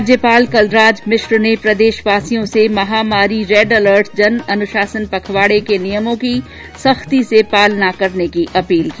राज्यपाल कलराज मिश्र ने प्रदेशवासियों से महामारी रेड अलर्ट जन अनुशासन पखवाड़े के नियमों की सख्ती से पालना करने की अपील की